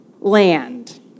land